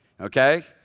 Okay